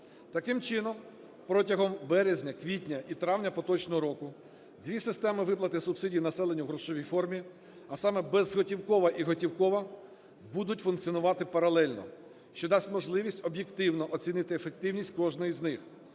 Таким чином, протягом березня, квітня і травня поточного року дві системи виплати субсидій населенню в грошовій формі, а саме – безготівкова і готівкова, будуть функціонувати паралельно, що дасть можливість об'єктивно оцінити ефективність кожної з них,